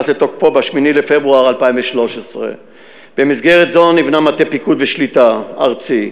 לתוקפו ב-8 בפברואר 2013. במסגרת זו נבנה מטה פיקוד ושליטה ארצי,